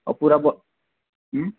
ଆଉ ପୁରା ହୁଁ